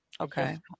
okay